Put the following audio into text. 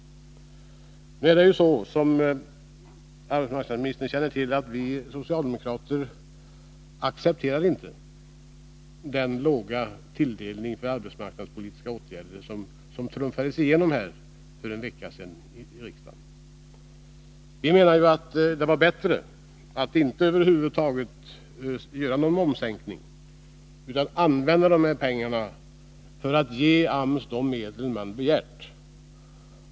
Som arbetsmarknadsministern känner till accepterar vi socialdemokrater inte den låga tilldelning för arbetsmarknadspolitiska åtgärder som trumfades igenom för en vecka sedan här i riksdagen. Vi menade att det var bättre att inte över huvud taget göra någon momssänkning utan använda dessa pengar för att ge AMS de medel som AMS har begärt.